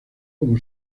como